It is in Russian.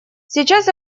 сейчас